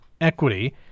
equity